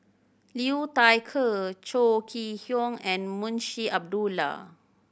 Liu Thai Ker Chong Kee Hiong and Munshi Abdullah